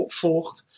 volgt